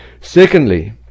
Secondly